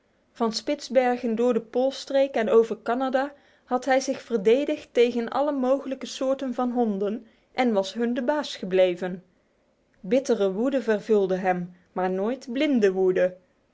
van spitsbergen door de poolstreek en over canada had hij zich verdedigd tegen alle mogelijke soorten van honden en was hun de baas gebleven bittere woede vervulde hem maar nooit blinde woede